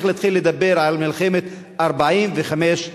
צריך להתחיל לדבר על מלחמת 45 השנים.